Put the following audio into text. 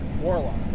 Warlock